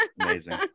Amazing